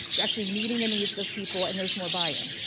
you're actually meeting the needs of people and there's more buy-in.